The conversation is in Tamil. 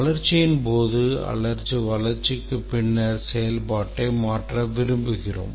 வளர்ச்சியின் போது அல்லது வளர்ச்சிக்கு பின்னர் செயல்பாட்டை மாற்ற விரும்புகிறோம்